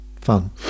fun